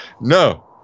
No